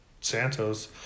Santos